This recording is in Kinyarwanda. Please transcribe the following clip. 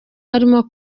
harimo